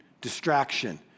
distraction